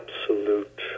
absolute